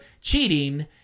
cheating